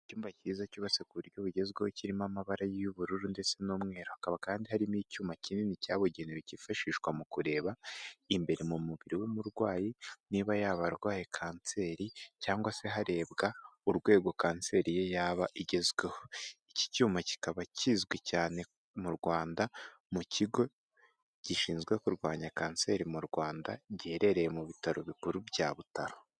Icyumba cyiza cyubatse ku buryo bugezweho kirimo amabara y'ubururu ndetse n'umweru, hakaba kandi harimo icyuma kinini cyabugenewe cyifashishwa mu kureba imbere mu mubiri w'umurwayi niba yaba arwaye kanseri, cyangwa se harebwa urwego kanseri ye yaba igezeho ,iki cyuma kikaba kizwi cyane mu Rwanda mu kigo gishinzwe kurwanya kanseri mu Rwanda giherereye mu bitaro bikuru bya butaro.